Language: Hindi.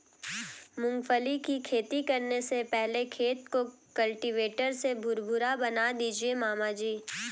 मूंगफली की खेती करने से पहले खेत को कल्टीवेटर से भुरभुरा बना दीजिए मामा जी